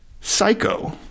Psycho